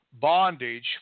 bondage